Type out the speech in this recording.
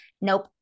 Nope